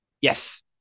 Yes